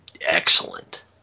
excellent